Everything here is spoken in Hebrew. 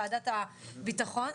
וועדת הביטחון,